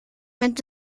mit